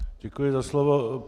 Děkuji za slovo.